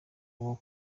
bwo